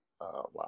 Wow